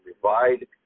provide